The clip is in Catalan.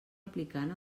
aplicant